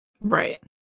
Right